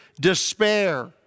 despair